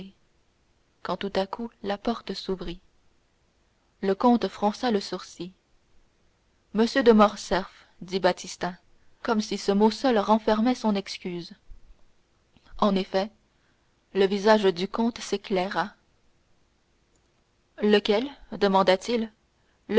quand tout à coup la porte s'ouvrit le comte fronça le sourcil m de morcerf dit baptistin comme si ce mot seul renfermait son excuse en effet le visage du comte s'éclaira lequel demanda-t-il